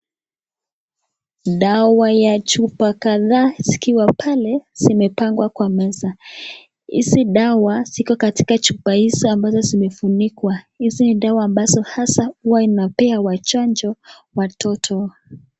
Dawa ya chupa kadhaa zikiwa zimepangwa kwa meza. Ziko katika chupa ambazo zimefunikwa na huwa hasa inapea chanjo watoto.